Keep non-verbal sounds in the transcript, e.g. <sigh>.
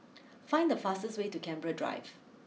<noise> find the fastest way to Canberra Drive